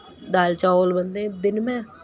دال چاول بنتے ہیں دِن میں